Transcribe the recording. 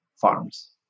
farms